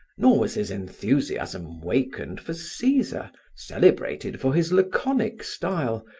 nor was his enthusiasm wakened for caesar, celebrated for his laconic style.